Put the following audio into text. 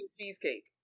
cheesecake